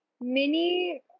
mini